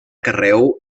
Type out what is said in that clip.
carreu